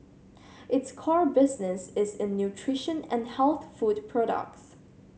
its core business is in nutrition and health food products